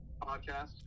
podcast